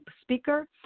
speaker